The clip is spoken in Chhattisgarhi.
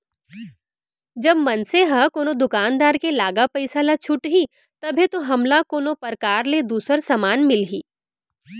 जब मनसे ह कोनो दुकानदार के लागा पइसा ल छुटही तभे तो हमला कोनो परकार ले दूसर समान मिलही